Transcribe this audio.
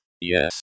Yes